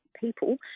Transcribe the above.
people